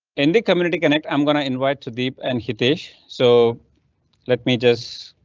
in the community connect, i'm going to invite to deep and hitesh, so let me just.